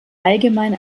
allgemein